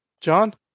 John